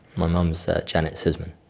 my mum is janet suzman.